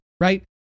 right